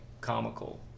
comical